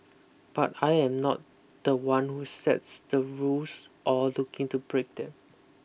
but I am not the one who sets the rules or looking to break them